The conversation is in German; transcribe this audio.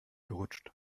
gerutscht